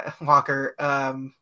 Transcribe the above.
Walker